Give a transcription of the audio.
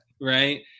right